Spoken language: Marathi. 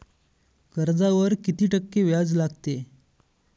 कर्जावर किती टक्के व्याज लागते?